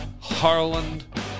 Harland